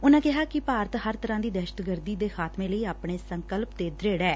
ਉਨੂਾਂ ਕਿਹਾ ਕਿ ਭਾਰਤ ਹਰ ਤਰੂਾਂ ਦੀ ਦਹਿਸ਼ਤਗਰਦੀ ਦੇ ਖ਼ਾਤਮੇ ਲਈ ਆਪਣੇ ਸੰਕਲਪ ਤੇ ਦ੍ਤਿ ਐ